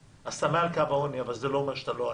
אז אתה מעל קו העוני אבל זה לא אומר שאתה לא עני.